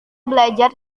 belajar